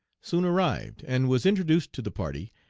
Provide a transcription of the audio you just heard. soon arrived, and was introduced to the party,